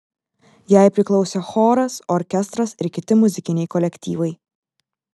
jai priklausė choras orkestras ir kiti muzikiniai kolektyvai